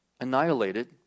annihilated